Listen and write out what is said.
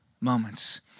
moments